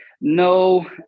no